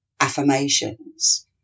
affirmations